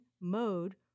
mode